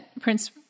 Prince